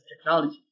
technology